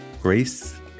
grace